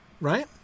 right